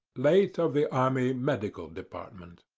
late of the army medical department.